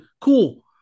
cool